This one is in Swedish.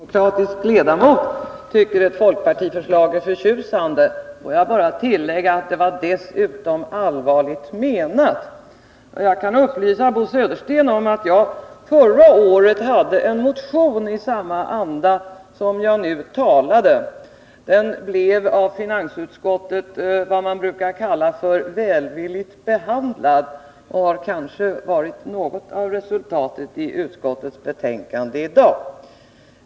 Herr talman! Jag tycker naturligtvis att det är mycket trevligt att en socialdemokratisk ledamot tycker att ett folkpartiförslag är förtjusande. Får jag bara tillägga att det dessutom var allvarligt menat. Jag kan upplysa Bo Södersten om att jag förra året hade en motion i samma anda som jag nu talade. Den blev av finansutskottet vad man brukar kalla välvilligt behandlad och har kanske varit något av resultatet i utskottets betänkande i dag.